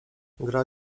gra